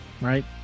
right